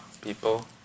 people